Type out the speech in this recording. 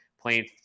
playing